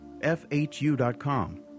FHU.com